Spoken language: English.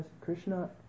Krishna